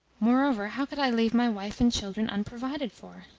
moreover, how could i leave my wife and children unprovided for?